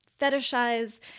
fetishize